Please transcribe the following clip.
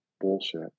bullshit